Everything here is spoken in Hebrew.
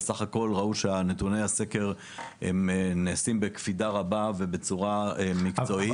וסך הכול ראו שנתוני הסקר נעשים בקפידה רבה ובצורה מקצועית.